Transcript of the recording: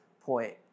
point